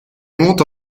monte